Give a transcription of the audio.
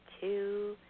two